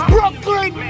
Brooklyn